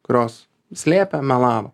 kurios slėpė melavo